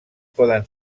poden